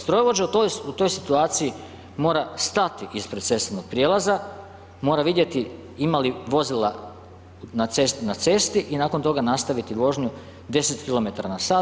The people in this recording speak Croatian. Strojovođa u toj situaciji mora stati ispred cestovnog prijelaza, mora vidjeti ima li vozila na cesti i nakon toga nastaviti vožnju 10 km/